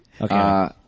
Okay